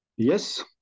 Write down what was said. Yes